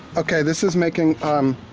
okay, this is making um,